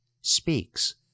speaks